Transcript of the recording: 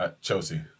Chelsea